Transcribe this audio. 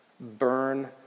Burn